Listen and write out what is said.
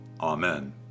Amen